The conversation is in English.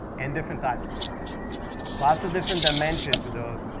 and different types of content lots of different dimension to those,